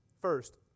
First